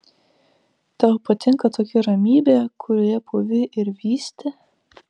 tau patinka tokia ramybė kurioje pūvi ir vysti